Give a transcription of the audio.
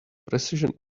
precision